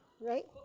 right